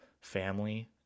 family